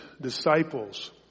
disciples